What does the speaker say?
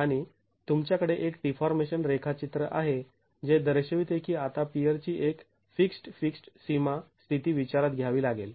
आणि तुमच्याकडे एक डीफॉर्मेशन रेखाचित्र आहे जे दर्शविते की आता पियरची एक फिक्स्ड् फिक्स्ड् सीमा स्थिती विचारात घ्यावी लागेल